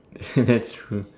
that's true